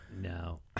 no